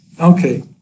Okay